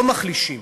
לא מחלישים.